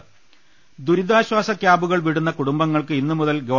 രു ൽ ശ്വ ദുരിതാശ്വാസ ക്യാമ്പുകൾ വിടുന്ന കുടുംബങ്ങൾക്ക് ഇന്നു മുതൽ ഗവ